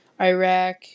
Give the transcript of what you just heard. Iraq